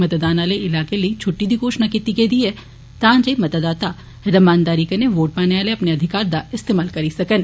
मतदान आले इलाकें लेई छुट्टी दी घोशणा कीती गेदी ऐ तां जे मतदाता रमानदारी कन्नै वोट पाने आले अपने अधिकार दा इस्तेमाल करी सकन